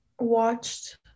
watched